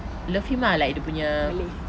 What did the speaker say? love him ah like dia punya